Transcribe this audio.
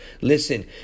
Listen